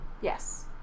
Yes